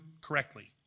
correctly